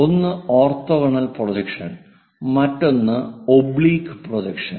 ഒന്ന് orthogonal projection മറ്റൊന്ന് oblique projection